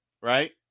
right